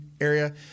area